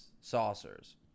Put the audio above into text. saucers